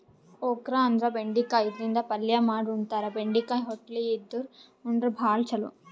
okra ಅಂದ್ರ ಬೆಂಡಿಕಾಯಿ ಇದರಿಂದ ಪಲ್ಯ ಮಾಡ್ ಉಣತಾರ, ಬೆಂಡಿಕಾಯಿ ಹೊಟ್ಲಿ ಇದ್ದೋರ್ ಉಂಡ್ರ ಭಾಳ್ ಛಲೋ